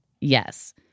Yes